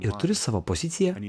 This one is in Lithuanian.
ir turi savo poziciją